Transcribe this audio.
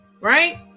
Right